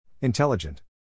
Intelligent